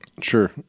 Sure